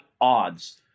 odds